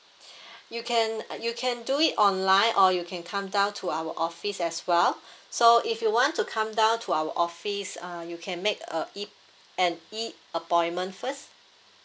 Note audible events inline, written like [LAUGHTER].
[BREATH] you can uh you can do it online or you can come down to our office as well so if you want to come down to our office uh you can make a E an E appointment first